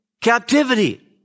captivity